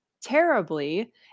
terribly